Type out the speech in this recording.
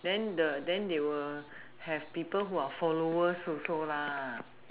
then the then they will have people who are followers also lah